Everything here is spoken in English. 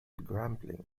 grumbling